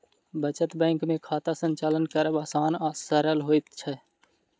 बचत बैंक मे खाता संचालन करब आसान आ सरल होइत छै